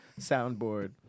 soundboard